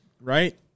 Right